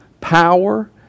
power